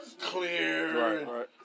clear